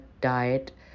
diet